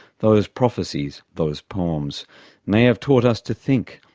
those prophesies, those poems may have taught us to think,